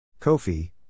Kofi